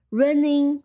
running